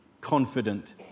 confident